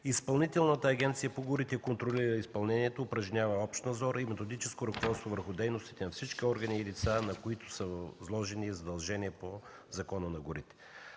Изпълнителна агенция по горите контролира изпълнението, упражнява общ надзор и методическо ръководство върху дейностите на всички органи и лица, на които са възложени задължения по Закона за горите.